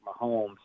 Mahomes